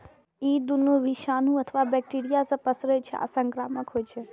ई दुनू विषाणु अथवा बैक्टेरिया सं पसरै छै आ संक्रामक होइ छै